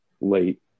late